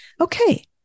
Okay